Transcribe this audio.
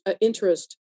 interest